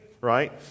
right